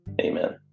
Amen